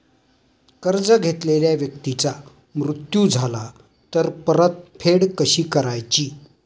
कर्ज घेतलेल्या व्यक्तीचा मृत्यू झाला तर परतफेड कशी करायची?